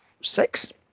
six